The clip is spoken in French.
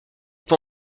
peut